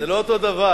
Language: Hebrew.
זה לא אותו דבר.